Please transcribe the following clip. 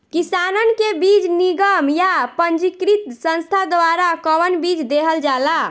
किसानन के बीज निगम या पंजीकृत संस्था द्वारा कवन बीज देहल जाला?